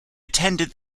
attended